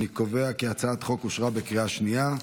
אני קובע כי הצעת החוק אושרה בקריאה שנייה.